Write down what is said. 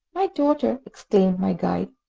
my daughter, exclaimed my guide,